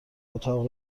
اتاق